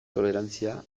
tolerantzia